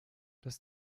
das